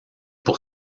pour